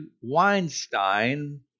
Weinstein